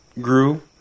grew